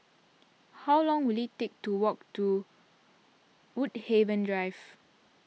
how long will it take to walk to Woodhaven Drive